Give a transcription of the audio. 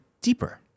deeper